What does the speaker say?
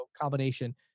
combination